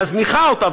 מזניחה אותה.